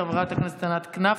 חברת הכנסת ענת כנפו,